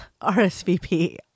RSVP